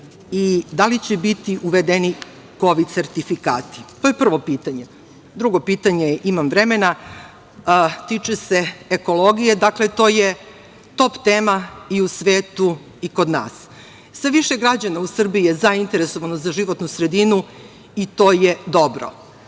i da li će biti uvedeni kovid sertifikati? To je prvo pitanje. Drugo pitanje, imam vremena, tiče se ekologije. Dakle, to je top tema i u svetu i kod nas. Sve više građana u Srbiji je zainteresovano za životnu sredinu, i to je dobro. Ova